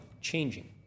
changing